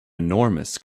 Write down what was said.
enormous